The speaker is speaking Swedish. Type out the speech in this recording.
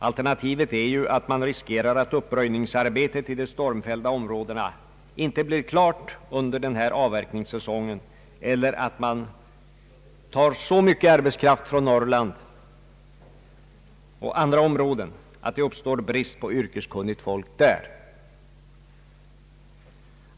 Alternativet är ju att man riskerar att uppröjningsarbetet i stormfällningsområdena inte blir klart under den här avverkningssäsongen eller att man tar så mycken arbetskraft från Norrland och andra områden att det uppstår brist på yrkeskunnigt folk där.